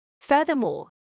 Furthermore